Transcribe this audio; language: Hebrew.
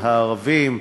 הערבים,